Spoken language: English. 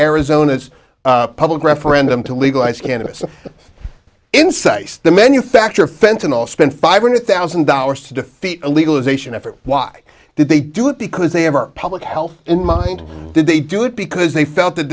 arizona's public referendum to legalize cannabis insights the manufacturer fenton all spend five hundred thousand dollars to defeat a legalization effort why did they do it because they have our public health in mind did they do it because they felt that